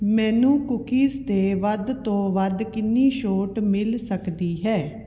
ਮੈਨੂੰ ਕੂਕੀਜ਼ 'ਤੇ ਵੱਧ ਤੋਂ ਵੱਧ ਕਿੰਨੀ ਛੋਟ ਮਿਲ ਸਕਦੀ ਹੈ